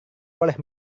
boleh